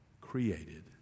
created